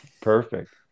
Perfect